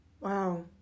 Wow